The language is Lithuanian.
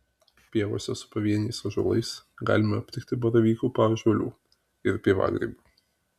pievose su pavieniais ąžuolais galima aptikti baravykų paąžuolių ir pievagrybių